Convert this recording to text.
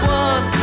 one